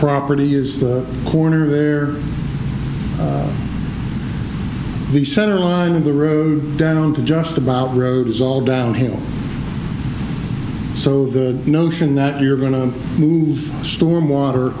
property is the corner where the center of the road down to just about road is all downhill so the notion that you're going to move storm water